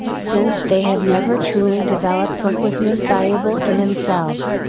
since they have never truly developed what was most valuable in themselves,